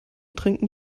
trinken